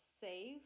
save